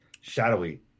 shadowy